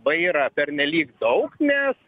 vairą pernelyg daug nes